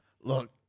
Look